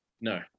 no